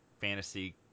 fantasy